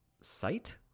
site